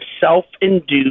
self-induced